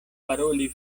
paroli